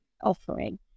offering